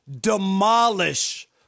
Demolish